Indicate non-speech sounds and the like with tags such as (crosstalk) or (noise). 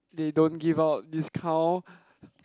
they don't give out discount (breath)